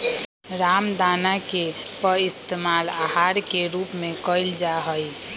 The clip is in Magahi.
रामदाना के पइस्तेमाल आहार के रूप में कइल जाहई